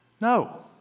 no